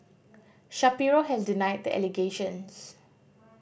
Shapiro has denied the allegations